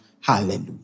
hallelujah